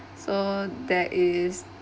so there is